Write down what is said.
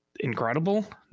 incredible